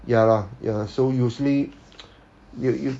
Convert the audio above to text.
ya lah ya so usually you you